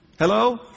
Hello